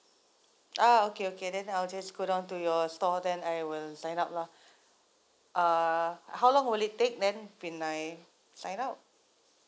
ah okay okay then I'll just go down to your store then I will sign up lah uh how long will it take then when I sign up